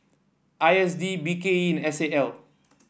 I S D B K E and S A L